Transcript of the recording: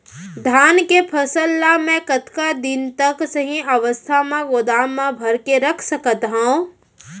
धान के फसल ला मै कतका दिन तक सही अवस्था में गोदाम मा भर के रख सकत हव?